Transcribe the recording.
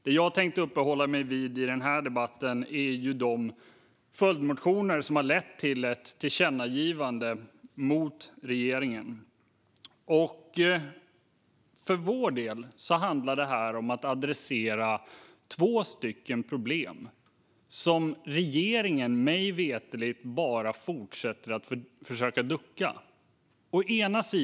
Det som jag tänker uppehålla mig vid i debatten är de följdmotioner som har lett till att vi föreslår ett tillkännagivande till regeringen. För vår del handlar det här om att adressera två problem som regeringen mig veterligen bara fortsätter att ducka för.